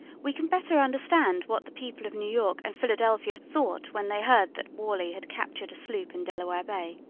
we can better understand what the people of new york and philadelphia thought when they heard that worley had captured a sloop in delaware bay.